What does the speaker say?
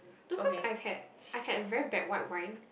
no cause I've had I've had very bad white wine